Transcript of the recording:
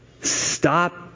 stop